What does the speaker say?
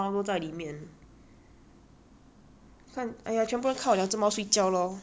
看 !aiya! 全部都看我两只猫睡觉 lor